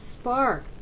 spark